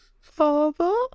Father